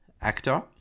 actor